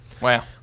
wow